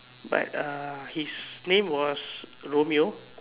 but ah his name was Romeo